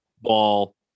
ball